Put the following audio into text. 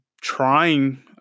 trying